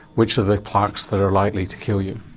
which are the plaques that are likely to kill you.